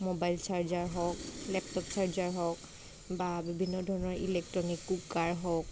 mobile charger হওক laptop charger হওক বা বিভিন্ন ধৰণৰ ইলেকট্ৰনিক কুকাৰ হওক